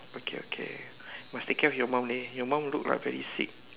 okay okay must take care of your mom leh your mom look like very sick